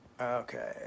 Okay